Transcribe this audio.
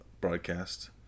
broadcast